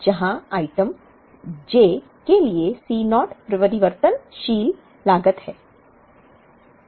जहां item j के लिए C naught परिवर्तनशील लागत है